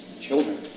Children